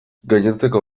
gainontzeko